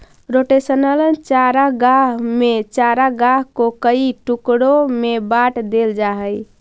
rotational चारागाह में चारागाह को कई टुकड़ों में बांट देल जा हई